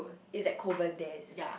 it's at Kovan there is it